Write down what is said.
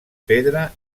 pedra